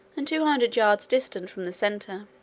and two hundred yards distant from the centre.